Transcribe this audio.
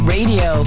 Radio